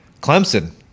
Clemson